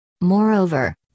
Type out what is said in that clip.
Moreover